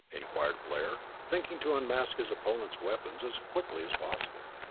inquired blair, thinking to unmask his opponent's weapons as quickly as possible.